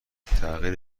تغییر